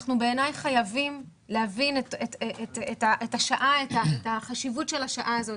אנחנו בעיניי חייבים להבין את החשיבות של השעה הזאת,